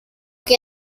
que